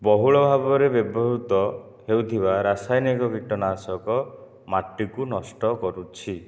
ବହୁଳ ଭାବରେ ବ୍ୟବହୃତ ହେଉଥିବା ରାସାୟନିକ କୀଟନାଶକ ମାଟିକୁ ନଷ୍ଟ କରୁଛି